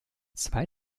zwei